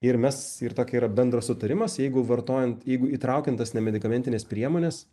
ir mes ir tokia yra bendras sutarimas jeigu vartojant jeigu įtraukiam tas nemedikamentines priemones